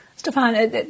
Stefan